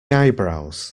eyebrows